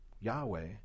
Yahweh